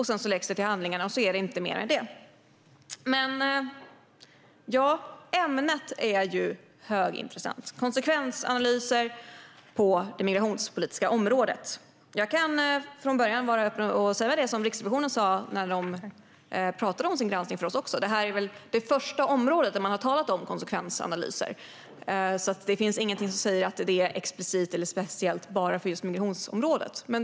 Sedan läggs de till handlingarna, och det är inte mer med det. Men ämnet är högintressant: konsekvensanalyser på det migrationspolitiska området. Jag kan från början vara öppen och säga det som Riksrevisionen sa när man berättade för oss om sin granskning. Detta är det första område där man har talat om konsekvensanalyser. Det finns alltså inget som säger att detta bara gäller just migrationsområdet.